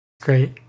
Great